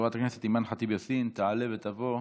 חברת הכנסת אימאן ח'טיב יאסין תעלה ותבוא.